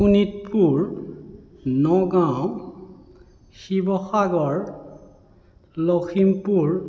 Sonitpur Nagaon Sivasagar Lakhimpur